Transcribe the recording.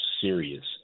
serious